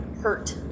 hurt